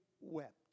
wept